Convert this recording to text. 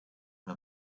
and